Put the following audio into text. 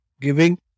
giving